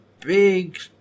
big